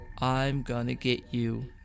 I'm-gonna-get-you